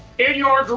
in your